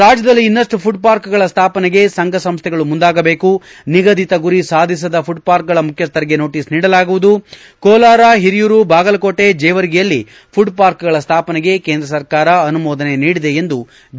ರಾಜ್ಯದಲ್ಲಿ ಇನ್ನಷ್ಟು ಫುಡ್ಪಾರ್ಕ್ಗಳ ಸ್ಥಾಪನೆಗೆ ಸಂಘಸಂಸ್ಥೆಗಳು ಮುಂದಾಗಬೇಕು ನಿಗದಿತ ಗುರಿ ಸಾಧಿಸದ ಫುಡ್ಪಾರ್ಕ್ಗಳ ಮುಖ್ಯಸ್ಥರಿಗೆ ನೋಟಿಸ್ ನೀಡಲಾಗುವುದು ಕೋಲಾರ ಹಿರಿಯೂರು ಬಾಗಲಕೋಟೆ ಜೀವರ್ಗಿಯಲ್ಲಿ ಫುಡ್ಪಾರ್ಕ್ಗಳ ಸ್ಥಾಪನೆಗೆ ಕೇಂದ್ರ ಸರ್ಕಾರ ಅನುಮೋದನೆ ನೀಡಿದೆ ಎಂದು ಬಿ